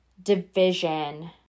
division